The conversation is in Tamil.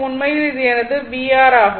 உண்மையில் இது எனது vR ஆகும்